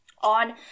on